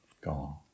gone